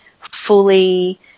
fully